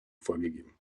vorgegeben